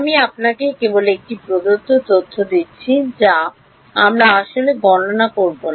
আমি আপনাকে কেবল একটি প্রদত্ত তথ্য দিচ্ছি যা আমরা আসলে গণনা করব না